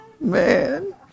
Man